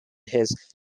his